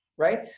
right